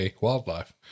wildlife